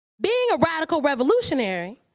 being a radical revolutionary,